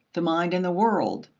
the mind and the world,